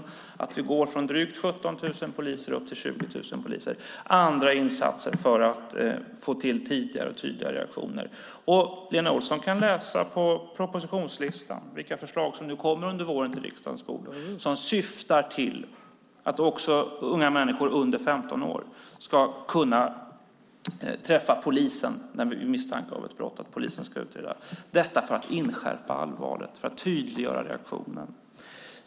Vi ökar ju antalet poliser från drygt 17 000 poliser till 20 000 poliser, vid sidan av andra insatser för att få till tidigare och tydligare reaktioner. Lena Olsson kan läsa propositionslistan och se vilka förslag som under våren kommer på riksdagens bord - förslag som syftar till att också unga människor under 15 år ska kunna träffa polisen vid misstanke om ett brott som polisen ska utreda - detta just för att inskärpa allvaret och för att tydliggöra reaktionen.